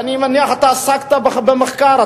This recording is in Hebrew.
ואני מניח שאתה עסקת במחקר.